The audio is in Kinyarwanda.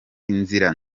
inzira